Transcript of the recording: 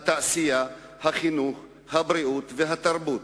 התעשייה, החינוך, הבריאות והתרבות.